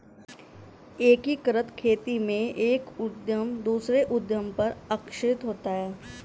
एकीकृत खेती में एक उद्धम दूसरे उद्धम पर आश्रित होता है